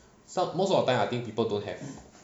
so~ most of the time I think people don't have